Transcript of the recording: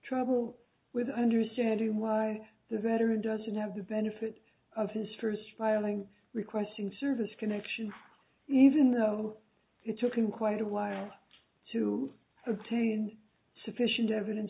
trouble with understanding why the veteran doesn't have the benefit of his first filing requesting service connection even though it took him quite a while to obtain sufficient evidence